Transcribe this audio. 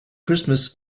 christmas